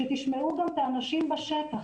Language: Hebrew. שתשמעו גם את האנשים בשטח,